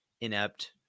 inept